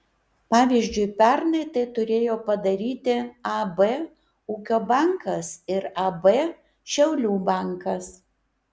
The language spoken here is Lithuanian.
pavyzdžiui pernai tai turėjo padaryti ab ūkio bankas ir ab šiaulių bankas